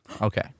Okay